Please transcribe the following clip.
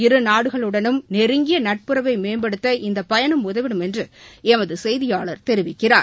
இருநாடுகளுடனும் நெருங்கிய நட்புறவை மேம்படுத்த இந்தப் பயணம் உதவிடும் என்று எமது செய்தியாளர் தெரிவிக்கிறார்